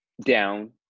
down